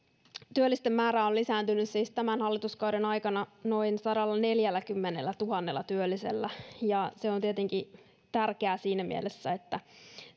työllisten määrä on lisääntynyt siis tämän hallituskauden aikana noin sadallaneljälläkymmenellätuhannella työllisellä ja se on tietenkin tärkeää siinä mielessä että